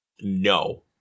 no